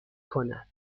کند